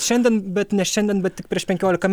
šiandien bet ne šiandien bet tik prieš penkiolika